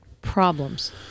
problems